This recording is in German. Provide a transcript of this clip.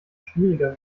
schwieriger